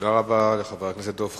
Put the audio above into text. תודה רבה לחבר הכנסת דב חנין.